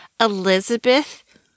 Elizabeth